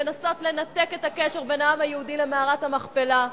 לנסות לנתק את הקשר בין העם היהודי למערת המכפלה.